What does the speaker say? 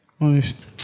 Honest